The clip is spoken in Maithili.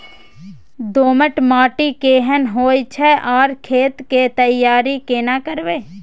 दोमट माटी केहन होय छै आर खेत के तैयारी केना करबै?